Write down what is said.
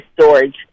storage